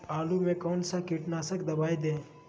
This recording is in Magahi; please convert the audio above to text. आलू में कौन सा कीटनाशक दवाएं दे?